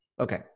Okay